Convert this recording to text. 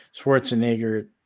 Schwarzenegger